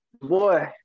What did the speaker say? Boy